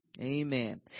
Amen